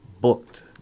booked